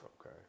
Okay